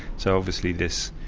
so obviously this,